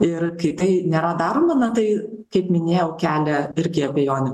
ir kai tai nėra daroma na tai kaip minėjau kelia irgi abejonių